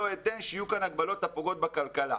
לא אתן שיהיו כאן הגבלות הפוגעות בכלכלה,